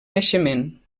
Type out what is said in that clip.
naixement